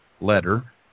letter